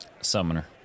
Summoner